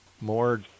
more